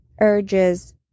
urges